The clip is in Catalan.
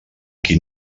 qui